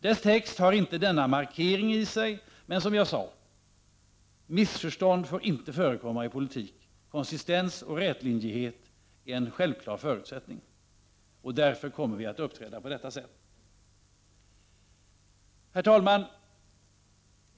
Dess text har inte denna markering i sig, men som jag sade, missförstånd får inte förekomma i politik. Konsistens och rätlinjighet är självklara förutsättningar. Därför kommer vi att uppträda på detta sätt. i Herr talman!